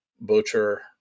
Butcher